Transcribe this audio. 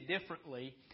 differently